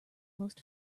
most